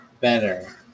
better